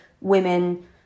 women